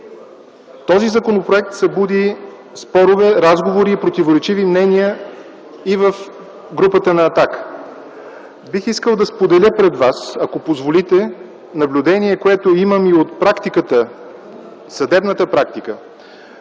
Този законопроект събуди спорове, разговори и противоречиви мнения и в групата на „Атака”. Бих искал да споделя пред вас, ако позволите, наблюдение, което имам и от съдебната практика,